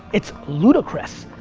it's ludicrous.